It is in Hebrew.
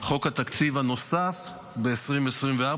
חוק התקציב הנוסף במרץ 2024,